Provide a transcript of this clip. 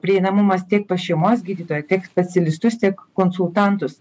prieinamumas tiek pas šeimos gydytoją tiek specialistus tiek konsultantus